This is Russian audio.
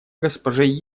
госпоже